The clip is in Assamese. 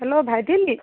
হেল্ল' ভাইটি নি